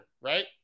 right